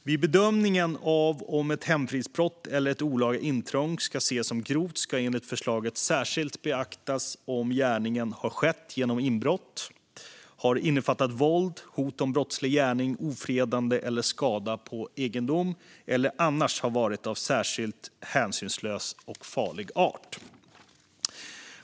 Vid bedömningen av om ett hemfridsbrott eller ett olaga intrång ska ses som grovt ska enligt förslaget särskilt beaktas om gärningen har skett genom inbrott, har innefattat våld, hot om brottslig gärning, ofredande eller skada på egendom eller annars har varit av särskilt hänsynslös och farlig art.